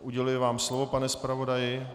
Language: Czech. Uděluji vám slovo, pane zpravodaji.